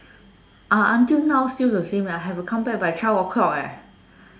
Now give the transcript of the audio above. ah until now still the same leh have to come by twelve o'clock leh